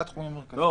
לא.